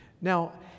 Now